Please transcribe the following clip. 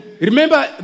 Remember